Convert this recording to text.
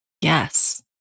Yes